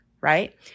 right